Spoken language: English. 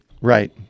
Right